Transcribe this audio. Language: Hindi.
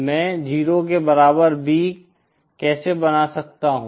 मैं 0 के बराबर B कैसे बना सकता हूं